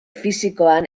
fisikoan